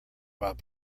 about